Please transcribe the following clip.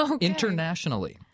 internationally